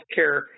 healthcare